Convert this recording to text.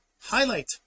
highlight